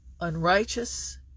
unrighteous